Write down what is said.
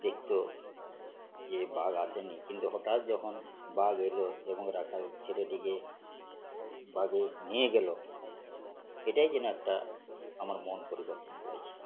দেখতো গিয়ে বাঘ আসেনি কিন্তু হঠাৎ যখন বাঘ এলো এবং রাখাল ছেলেটিকে বাঘে নিয়ে গেলো এটাই কিন্তু একটা আমার মন পরিবর্তন করেছে